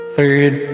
Third